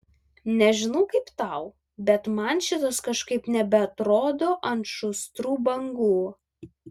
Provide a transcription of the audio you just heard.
nežinau kaip tau bet man šitas kažkaip nebeatrodo ant šustrų bangų